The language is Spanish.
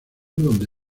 donde